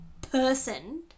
person